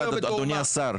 אדוני השר.